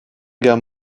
guerre